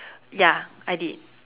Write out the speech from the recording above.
ya I did